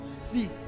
See